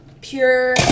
pure